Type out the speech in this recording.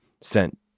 Sent